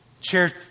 Chair